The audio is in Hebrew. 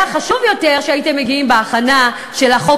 היה חשוב יותר שהייתם מגיעים בהכנה של החוק